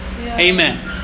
amen